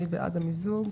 מי בעד המיזוג?